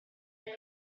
are